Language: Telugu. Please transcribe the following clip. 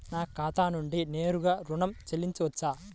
నా ఖాతా నుండి నేరుగా ఋణం చెల్లించవచ్చా?